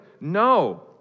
No